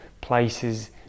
places